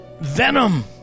venom